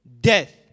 death